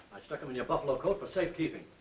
i stuck them in your buffalo coat for safekeeping.